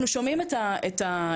אנחנו שומעים את האפליה,